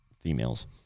females